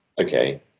okay